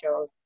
shows